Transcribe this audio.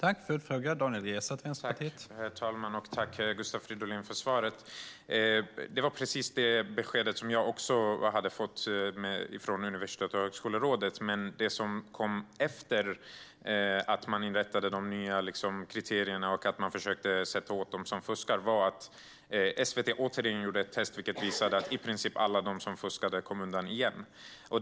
Herr talman! Tack, Gustav Fridolin, för svaret! Det var precis det beskedet som jag också fick från Universitets och högskolerådet. Men efter att man inrättat de nya kriterierna och att man försökt komma åt dem som fuskade gjorde SVT återigen ett test, vilket visade att i princip alla som fuskade kom undan igen.